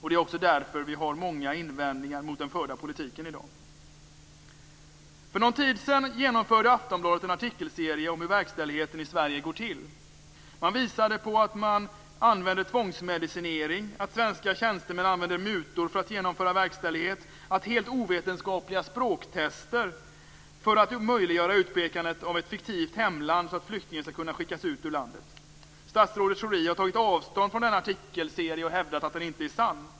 Det är också därför vi har många invändningar mot den förda politiken i dag. För någon tid sedan genomförde Aftonbladet en artikelserie om hur verkställigheten i Sverige går till. Man visade på att det används tvångsmedicinering, att svenska tjänstemän använder mutor för att genomföra verkställighet och att helt ovetenskapliga språktester används för att möjliggöra utpekandet av ett fiktivt hemland så att flyktingen skall kunna skickas ut ur landet. Statsrådet Schori har tagit avstånd från denna artikelserie och hävdat att den inte är sann.